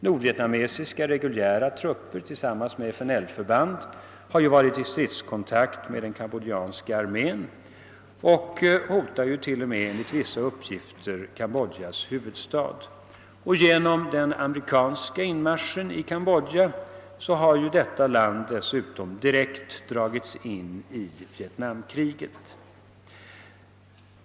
Nordvietnamesiska reguljära trupper har ju tillsammans med FNL-förband varit i stridskontakt med den kambodjanska armén och hotar t.o.m. enligt vissa uppgifter Kambodjas huvudstad. Genom den amerikanska inmarschen i Kambodja har detta land dessutom direkt dragits in i Vietnamkriget.